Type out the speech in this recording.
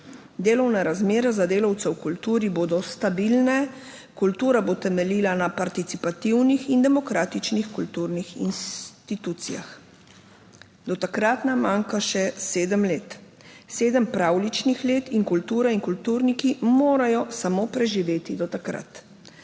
Delovne razmere za delavce v kulturi bodo stabilne, kultura bo temeljila na participativnih in demokratičnih kulturnih institucijah." Do takrat nam manjka še sedem let, sedem pravljičnih let in kultura in kulturniki morajo samo preživeti do takrat.